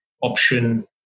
option